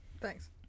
Thanks